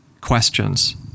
questions